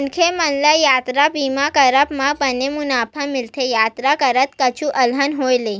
मनखे मन ल यातर बीमा के करवाब म बने मुवाजा मिलथे यातर करत कुछु अलहन होय ले